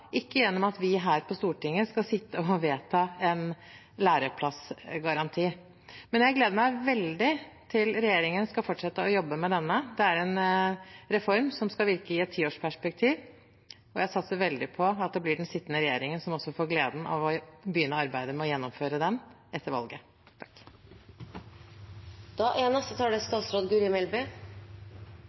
ikke gjennom at vi her på Stortinget skal vedta en læreplassgaranti. Jeg gleder meg veldig til regjeringen skal fortsette å jobbe med dette. Det er en reform som skal virke i et tiårsperspektiv, og jeg satser veldig på at det blir den sittende regjeringen som også får gleden av å begynne arbeidet med å gjennomføre den etter valget.